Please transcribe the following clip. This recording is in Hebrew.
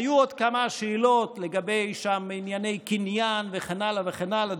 היו עוד כמה שאלות לגבי ענייני קניין וכן הלאה וכן הלאה.